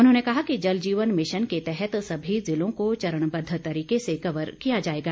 उन्होंने कहा कि जल जीवन मिशन के तहत सभी ज़िलों को चरणबद्व तरीके से कवर किया जाएगा